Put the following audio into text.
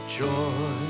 joy